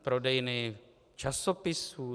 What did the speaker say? Prodejny časopisů?